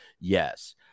Yes